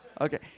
Okay